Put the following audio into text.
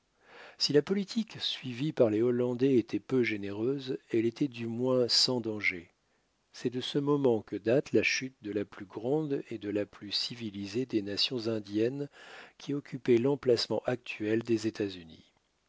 si la politique suivie par les hollandais était peu généreuse elle était du moins sans danger c'est de ce moment que date la chute de la plus grande et de la plus civilisée des nations indiennes qui occupaient l'emplacement actuel des états-unis